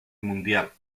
mundial